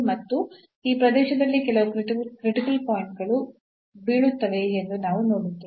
ಮತ್ತು ಈ ಪ್ರದೇಶದಲ್ಲಿ ಕೆಲವು ಕ್ರಿಟಿಕಲ್ ಪಾಯಿಂಟ್ ಗಳು ಬೀಳುತ್ತವೆಯೇ ಎಂದು ನಾವು ನೋಡುತ್ತೇವೆ